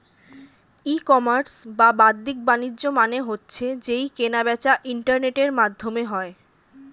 ই commerce বা বাদ্দিক বাণিজ্য মানে হচ্ছে যেই কেনা বেচা ইন্টারনেটের মাধ্যমে হয়